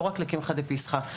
לא רק לקמחא דפסחא.